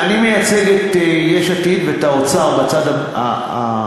אני מייצג את יש עתיד ואת האוצר בצד המקצועי,